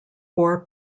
four